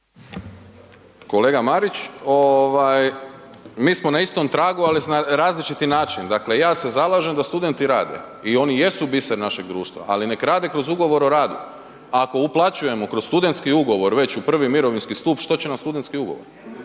Kolega Marić, mi smo na istom tragu, ali na različiti način. Dakle ja se zalažem da studenti rade i oni jesu biser našeg društva, ali nek rade kroz ugovor o radu. Ako uplaćujemo kroz studentski ugovor već u prvi mirovinski stup, što će nam studentski ugovor,